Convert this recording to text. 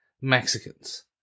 mexicans